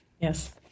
Yes